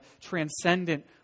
transcendent